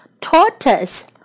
tortoise